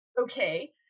okay